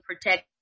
protect